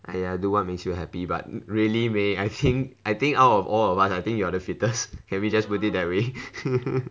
!aiya! do what makes you happy but really mei I think I think out of all of us I think you are the fittest can we just put it that way